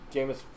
Jameis